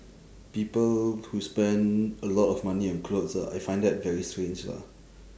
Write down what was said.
people who spend a lot of money on clothes ah I find that very strange lah